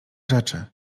rzeczy